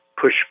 push